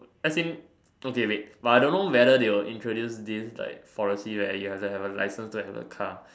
as in okay wait but I don't know whether they will introduce this like policy where you have to have a license to have a car